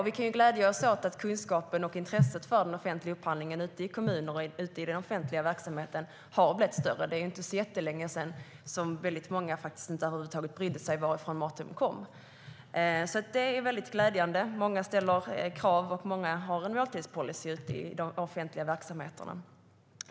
Vi kan glädja oss åt att kunskapen om och intresset för den offentliga upphandlingen blivit större i de offentliga verksamheterna. Det är inte så länge sedan som många över huvud taget inte brydde sig om varifrån maten kom. Det är därför glädjande att många ställer krav och att många har en måltidspolicy i de offentliga verksamheterna.